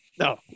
No